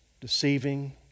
deceiving